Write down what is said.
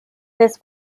this